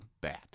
bat